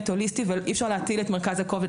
הוליסטי אבל אי אפשר להטיל את מרכז הכובד,